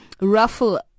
ruffle